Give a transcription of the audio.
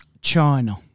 China